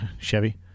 Chevy